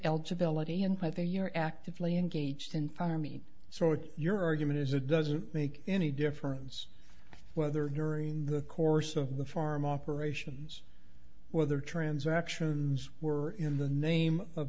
you're actively engaged in farming so your argument is it doesn't make any difference whether during the course of the farm operations whether transactions were in the name of